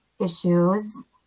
issues